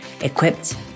equipped